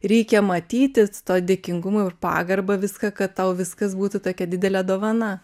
reikia matyti su tuo dėkingumu ir pagarba viską kad tau viskas būtų tokia didelė dovana